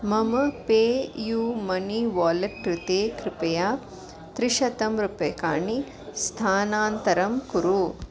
मम PayUMoney wallet कृते कृपया त्रिशतं रूप्यकाणि स्थानान्तरं कुरु